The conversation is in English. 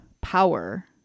power